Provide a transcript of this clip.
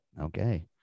Okay